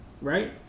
right